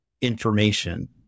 information